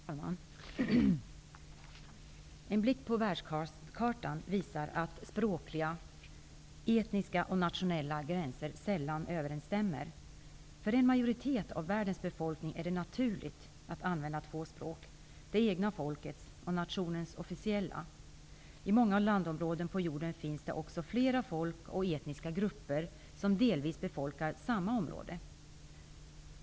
Herr talman! En blick på världskanten säger att språkliga, etniska och nationella gränser sällan överensstämmer. För en majoritet av världens befolkning är det naturligt att använda två språk: det egna folkets och nationens officiella språk. I många landområden på jorden finns det flera folk och etniska grupper som delvis bebor samma område.